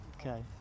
okay